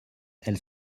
elle